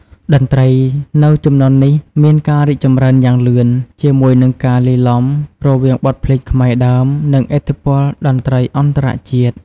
តន្ត្រីនៅជំនាន់នេះមានការរីកចម្រើនយ៉ាងលឿនជាមួយនឹងការលាយឡំរវាងបទភ្លេងខ្មែរដើមនិងឥទ្ធិពលតន្ត្រីអន្តរជាតិ។